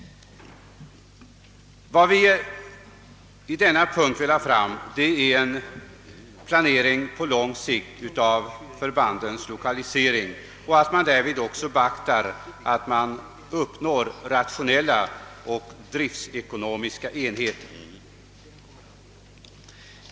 Vad vi på denna punkt vill ha fram är en planering på lång sikt för förbandens lokalisering. Därvid bör också beaktas önskemålet att åstadkomma rationella och driftsekonomiska enheter.